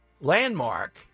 landmark